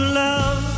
love